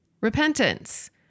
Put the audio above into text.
Repentance